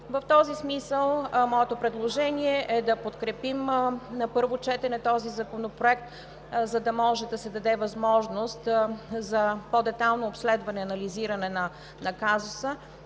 В този смисъл моето предложение е да подкрепим на първо четене Законопроекта, за да може да се даде възможност за по-детайлно обследване и анализиране на казуса,